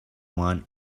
one